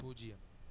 பூஜ்ஜியம்